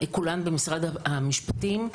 כולן במשרד המשפטים,